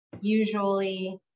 usually